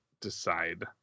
decide